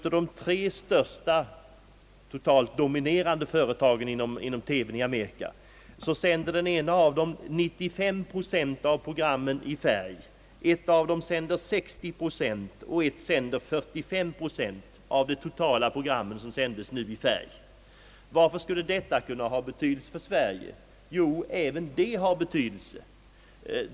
Av de tre största och totalt sett dominerande TV företagen i USA sänder ett 95 procent, det andra 60 procent och det tredje 45 procent av samtliga sina program i färg. Vilken betydelse har nu detta för Sverige?